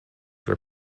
were